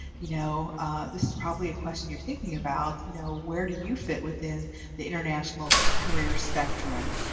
you know this is probably a question you're thinking about you know where do you fit within the international career spectrum?